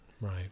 Right